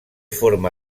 forma